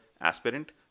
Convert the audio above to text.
aspirant